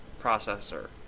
processor